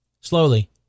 Slowly